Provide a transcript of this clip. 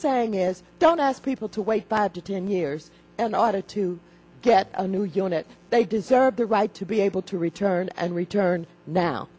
saying is don't ask people to wait five to ten years in order to get a new unit they deserve the right to be able to return and return now